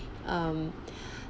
um